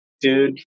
dude